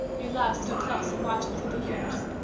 your love still close and watching through the years.